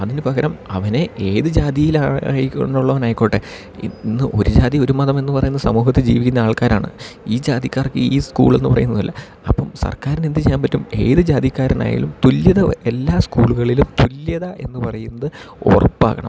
അതിന് പകരം അവനെ ഏത് ജാതിയിൽ ആയിട്ടുള്ളവനായിക്കോട്ടെ ഇന്ന് ഒരു ജാതി ഒരു മതമെന്ന് പറയുന്ന സമൂഹത്തിൽ ജീവിക്കുന്ന ആൾക്കാരാണ് ഈ ജാതിക്കാർക്ക് ഈ സ്കൂൾ എന്ന് പറയുന്നതല്ല അപ്പം സർക്കാരിന് എന്ത് ചെയ്യാൻ പറ്റും ഏത് ജാതിക്കാരനായാലും തുല്യത എല്ലാ സ്കൂളുകളിലും തുല്യത എന്ന് പറയുന്നത് ഉറപ്പാക്കണം